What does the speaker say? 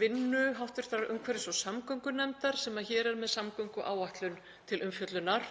vinnu hv. umhverfis- og samgöngunefndar sem hér er með samgönguáætlun til umfjöllunar.